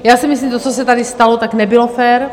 Já si myslím, že to, co se tady stalo, tak nebylo fér.